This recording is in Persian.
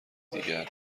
دیگر